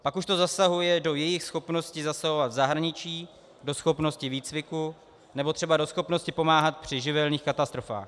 Pak už to zasahuje do jejích schopností zasahovat v zahraničí, do schopnosti výcviku nebo třeba do schopnosti pomáhat při živelních katastrofách.